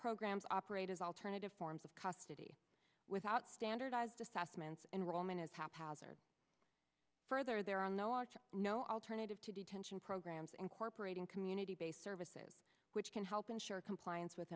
programs operate as alternative forms of custody without standardized assessments enrollment is haphazard further there are no arch no alternative to detention programs incorporating community based services which can help ensure compliance with